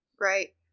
Right